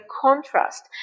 contrast